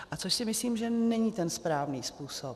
A to si myslím, že není ten správný způsob.